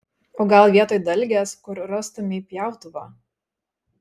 o gal vietoj dalgės kur rastumei pjautuvą